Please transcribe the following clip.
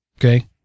Okay